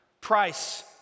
Price